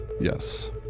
Yes